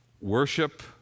worship